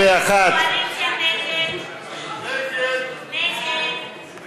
161. ההסתייגות (161) של קבוצת סיעת המחנה הציוני וקבוצת סיעת מרצ